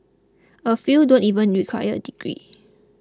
a few don't even require a degree